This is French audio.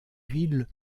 ville